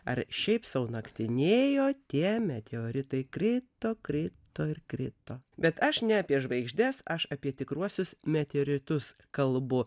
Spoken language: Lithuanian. ar šiaip sau naktinėjo tie meteoritai krito krito ir krito bet aš ne apie žvaigždes aš apie tikruosius meteoritus kalbu